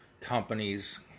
companies